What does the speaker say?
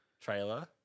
trailer